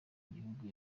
gihugu